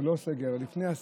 כפי שאמרתי.